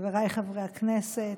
חבריי חברי הכנסת,